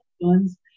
ones